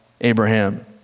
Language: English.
Abraham